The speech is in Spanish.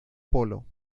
polo